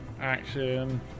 Action